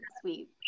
sweet